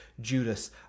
Judas